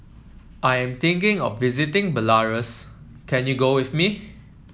I am thinking of visiting Belarus can you go with me